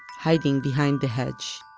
hiding behind the hedge,